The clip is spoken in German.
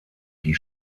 die